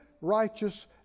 righteous